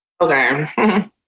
Okay